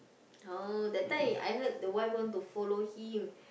oh that time I heard the wife want to follow him